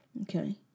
Okay